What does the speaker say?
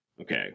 okay